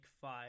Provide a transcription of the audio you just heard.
five